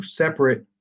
separate